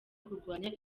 kurwanya